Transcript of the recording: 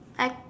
I